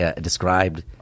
described